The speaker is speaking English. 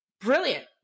brilliant